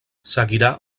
seguirà